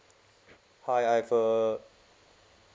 hi I've uh